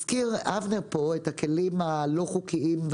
הזכיר אבנר את הכלים הלא חוקיים.